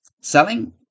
selling